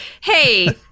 hey